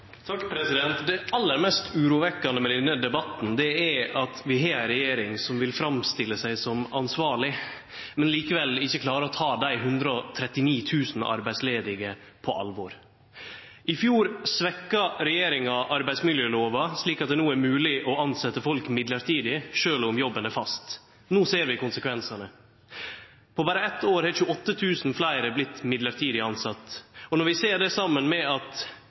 at vi har ei regjering som vil framstille seg som ansvarleg, men som likevel ikkje klarer å ta dei 139 000 arbeidslause på alvor. I fjor svekte regjeringa arbeidsmiljølova, slik at det no er mogleg å tilsetje folk mellombels sjølv om jobben er fast. No ser vi konsekvensane. Over eit år har 28 000 fleire vorte mellombels tilsette. Når vi ser det saman med at